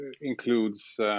includes